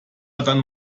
dann